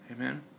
Amen